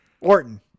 Orton